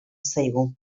zaigu